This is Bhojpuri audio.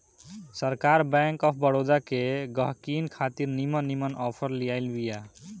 सरकार बैंक ऑफ़ बड़ोदा के गहकिन खातिर निमन निमन आफर लियाइल बिया